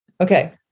Okay